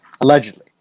allegedly